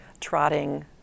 trotting